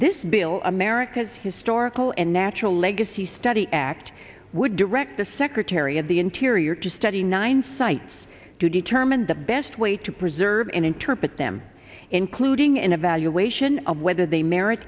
this bill america's historical and natural legacy study act would direct the secretary of the interior to study nine sites to determine the best way to preserve and interpret them including an evaluation of whether they merit